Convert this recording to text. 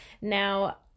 Now